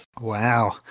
Wow